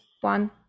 one